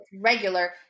regular